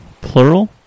Plural